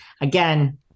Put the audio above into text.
Again